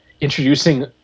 introducing